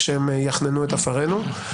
כשהם יחוננו את עפרנו.